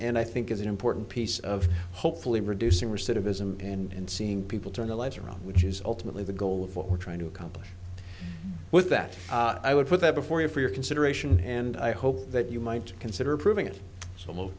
and i think is an important piece of hopefully reducing recidivism and seeing people turn the lights around which is ultimately the goal of what we're trying to accomplish with that i would put that before you for your consideration and i hope that you might consider approving it so